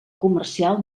comercial